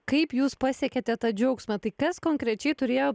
kaip jūs pasiekėte tą džiaugsmą tai kas konkrečiai turėjo